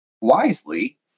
wisely